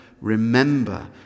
remember